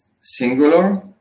singular